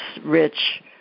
rich